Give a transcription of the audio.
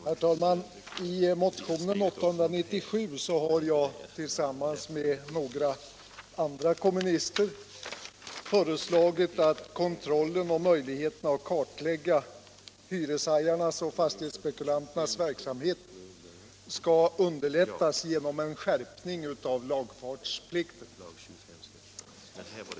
Herr talman! I motionen 897 har jag tillsammans med några andra kommunister föreslagit att kontrollen av och möjligheterna att kartlägga hyreshajarnas och fastighetsspekulanternas verksamhet skall underlättas genom en skärpning av lagfartsplikten.